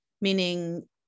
meaning